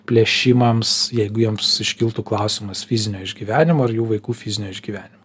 plėšimams jeigu joms iškiltų klausimas fizinio išgyvenimo ar jų vaikų fizinio išgyvenimo